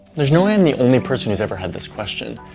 there's no and the only person who's ever had this question.